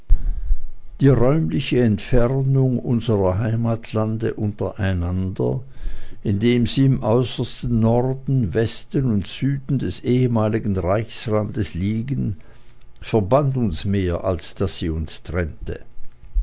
die räumliche entfernung unserer heimatlande untereinander indem sie im äußersten norden westen und süden des ehemaligen reichsrandes liegen verband uns mehr als daß sie uns trennte